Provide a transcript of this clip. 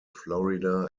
florida